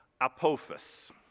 Apophis